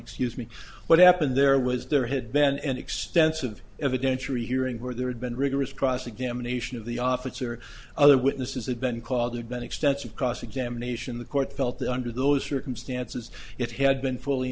excuse me what happened there was there had been an extensive evidentiary hearing where there had been rigorous cross examination of the office or other witnesses had been called had been extensive cross examination the court felt that under those circumstances it had been fully